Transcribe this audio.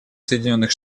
соединенных